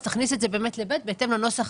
אז תכניס את זה באמת ל-(ב) בהתאם לנוסח,